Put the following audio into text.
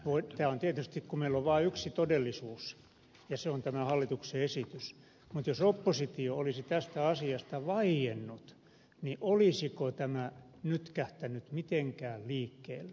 meillä on tietysti vaan yksi todellisuus ja se on tämä hallituksen esitys mutta jos oppositio olisi tästä asiasta vaiennut olisiko tämä nytkähtänyt mitenkään liikkeelle